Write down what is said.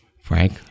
Frank